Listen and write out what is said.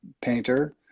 painter